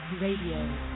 Radio